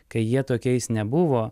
kai jie tokiais nebuvo